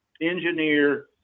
engineer